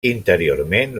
interiorment